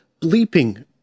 bleeping